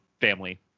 family